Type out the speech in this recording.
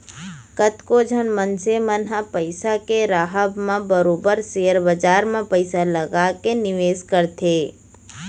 कतको झन मनसे मन ह पइसा के राहब म बरोबर सेयर बजार म पइसा लगा के निवेस करथे